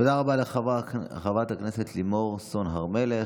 תודה רבה לחברת הכנסת לימור סון הר מלך.